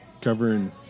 covering